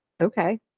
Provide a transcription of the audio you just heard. okay